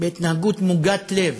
בהתנהגות מוגת-לב,